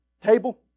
table